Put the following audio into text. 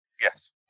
yes